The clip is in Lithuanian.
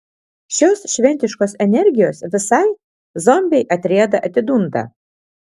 šios šventiškos energijos visai zombiai atrieda atidunda